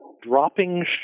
dropping